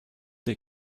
they